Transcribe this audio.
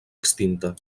extinta